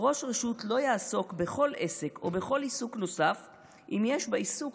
"ראש רשות לא יעסוק בכל עסק או בכל עיסוק נוסף אם יש בעיסוק,